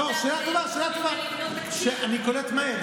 אני קולט מהר.